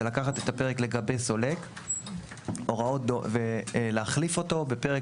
זה לקחת את הפרק לגבי סולק ולהחליף אותו בפרק